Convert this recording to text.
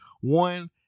one